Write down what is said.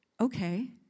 Okay